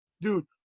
dude